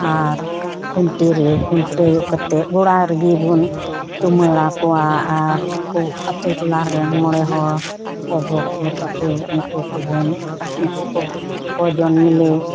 ᱟᱨ ᱠᱷᱩᱱᱴᱤ ᱨᱮ ᱠᱷᱩᱱᱴᱟᱹᱣ ᱠᱟᱛᱮᱫᱜᱚᱲᱟ ᱨᱮᱜᱮ ᱵᱚᱱ ᱪᱩᱢᱟᱹᱲᱟ ᱠᱚᱣᱟ ᱟᱨ ᱩᱱᱠᱩ ᱟᱛᱳ ᱴᱚᱞᱟ ᱨᱮᱱ ᱢᱚᱬᱮ ᱦᱚᱲ ᱜᱚᱜᱚ ᱠᱚᱛᱟᱠᱚ ᱩᱱᱠᱩ ᱠᱚᱵᱚᱱ ᱩᱱᱠᱩ ᱠᱚ ᱠᱚᱡᱚᱱ ᱢᱤᱞᱮ